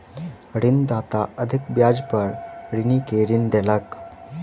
ऋणदाता अधिक ब्याज पर ऋणी के ऋण देलक